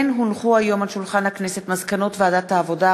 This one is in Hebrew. מסקנות ועדת העבודה,